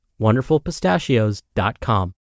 WonderfulPistachios.com